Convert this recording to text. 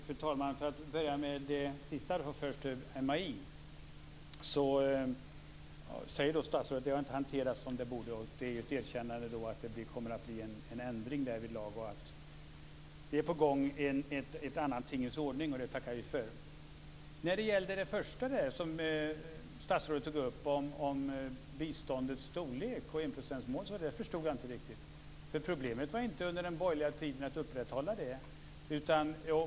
Fru talman! Låt mig börja med det sista, MAI. Statsrådet säger att det inte har hanterats som det borde. Det är ett erkännande av att det kommer att bli en ändring därvidlag och att det är på gång en annan tingens ordning. Det tackar vi för. Det första som statsrådet tog upp, om biståndets storlek och enprocentsmålet, förstod jag inte riktigt. Problemet under den borgerliga tiden var inte att upprätthålla det.